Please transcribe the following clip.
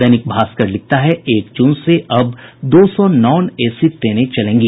दैनिक भास्कर लिखता है एक जून से अब दो सौ नॉन एसी ट्रेनें चलेंगी